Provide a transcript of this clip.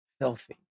filthy